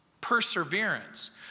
perseverance